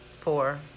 four